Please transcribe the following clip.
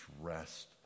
rest